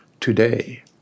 today